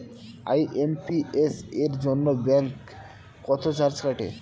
IMPS এর জন্য bank কত চার্জ কাটে?